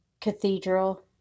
cathedral